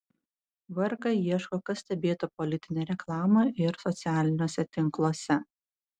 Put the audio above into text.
vrk ieško kas stebėtų politinę reklamą ir socialiniuose tinkluose